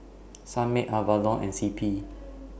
Sunmaid Avalon and CP